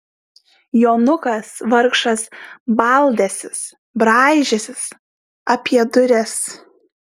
jonukas vargšas baldęsis braižęsis apie duris